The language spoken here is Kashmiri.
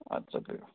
اَدٕ سا